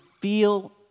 feel